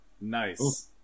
nice